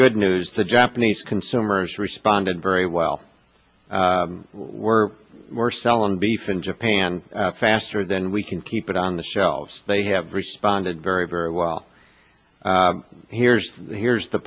good news the japanese consumers responded very well we're selling beef in japan faster than we can keep it on the shelves they have responded very very well here's here's the